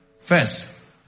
first